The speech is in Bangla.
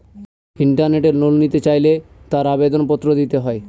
ইন্টারনেটে লোন নিতে চাইলে তার আবেদন পত্র দিতে হয়